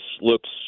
looks –